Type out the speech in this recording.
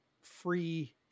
free